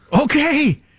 Okay